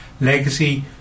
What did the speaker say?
Legacy